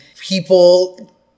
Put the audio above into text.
people